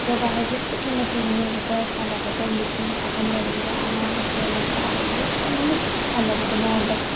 ꯌꯣꯒꯥ ꯍꯥꯏꯁꯦ ꯑꯗꯨꯛꯀꯤ ꯃꯇꯤꯛ ꯃꯤꯑꯣꯏꯕꯗ ꯁꯥꯟꯅꯕꯗ ꯅꯨꯄꯤ ꯑꯍꯟ ꯑꯣꯏꯒꯦꯔꯥ ꯑꯉꯥꯡ ꯑꯣꯏꯒꯦꯔꯥ ꯅꯨꯄꯥ ꯑꯣꯏꯒꯦꯔꯥ ꯑꯦꯅꯤ ꯁꯥꯟꯅꯕꯗ ꯃꯉꯣꯟꯗ